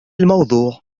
الموضوع